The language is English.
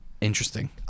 interesting